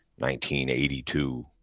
1982